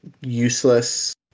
useless